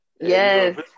Yes